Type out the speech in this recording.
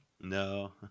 No